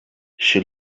she